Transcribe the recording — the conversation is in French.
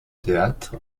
théâtre